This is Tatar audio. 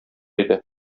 иде